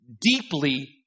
deeply